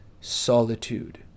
solitude